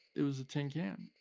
it was a tin can.